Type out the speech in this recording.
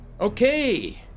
Okay